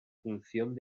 función